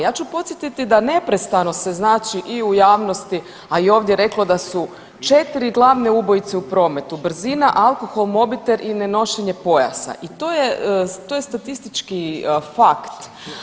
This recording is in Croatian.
Ja ću podsjetiti da neprestano se i u javnosti, a i ovdje reklo da su četiri glavne ubojice u prometu brzina, alkohol, mobitel i ne nošenje pojasa i to je statistički fakt.